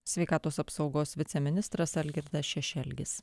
sveikatos apsaugos viceministras algirdas šešelgis